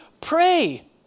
pray